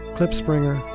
Clipspringer